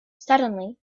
suddenly